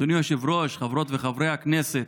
אדוני היושב-ראש, חברות וחברי הכנסת,